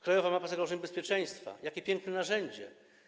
Krajowa Mapa Zagrożeń Bezpieczeństwa - jakie piękne narzędzie.